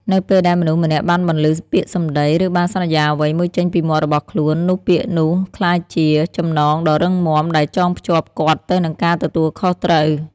នៅពេលដែលមនុស្សម្នាក់បានបន្លឺពាក្យសម្ដី ឬបានសន្យាអ្វីមួយចេញពីមាត់របស់ខ្លួន នោះពាក្យនោះក្លាយជា ចំណងដ៏រឹងមាំ ដែលចងភ្ជាប់គាត់ទៅនឹងការទទួលខុសត្រូវ។